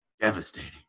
devastating